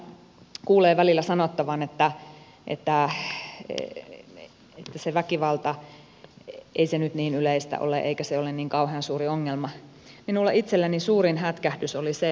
aina kuulee välillä sanottavan että ei se väkivalta nyt niin yleistä ole eikä se ole niin kauhean suuri ongelma minulle itselleni suurin hätkähdys oli se